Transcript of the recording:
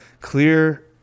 clear